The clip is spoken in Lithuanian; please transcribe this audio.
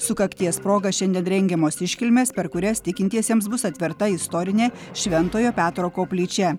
sukakties proga šiandien rengiamos iškilmės per kurias tikintiesiems bus atverta istorinė šventojo petro koplyčia